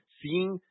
seeing